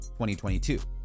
2022